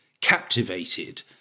captivated